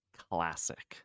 classic